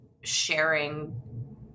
sharing